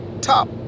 top